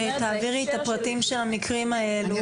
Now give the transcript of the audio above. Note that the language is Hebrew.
שתעבירי את הפרטים של המקרים האלה.